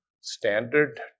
standard